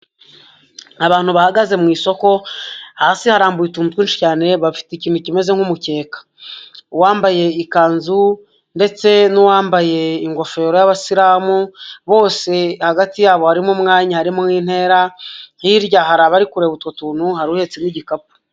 Abantu bahagaze mu isoko, hasi harambuye utuntu twinshi cyane, bafite ikintu kimeze nk'umukeka, uwambaye ikanzu ndetse n'uwambaye ingofero y'abasilamu, bose hagati yabo harimo umwanya harimo n'intera, hirya hari abari kureba utwo tuntu hari uhetse n'igikapu.